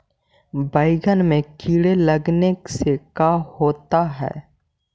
बैंगन में कीड़े लगने से का होता है?